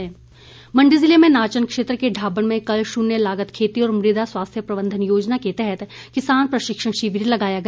शिविर मंडी ज़िले में नाचन क्षेत्र के ढाबण में कल शून्य लागत खेती और मृदा स्वास्थ्य प्रबंधन योजना के तहत किसान प्रशिक्षण शिविर लगाया गया